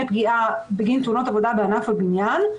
פגיעה בגין תאונות עבודה בענף הבניין,